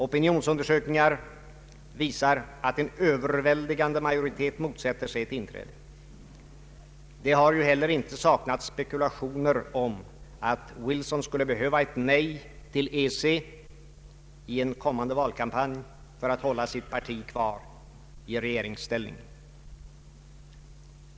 Opinionsundersökningar visar att en överväldigande majoritet motsätter sig ett inträde. Det har ju heller inte saknats spekulationer om att Wilson skulle behöva ett nej till EEC i en kommande valkampanj för att hålla sitt parti kvar i regeringsställning.